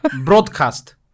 broadcast